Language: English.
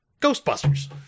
Ghostbusters